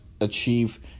achieve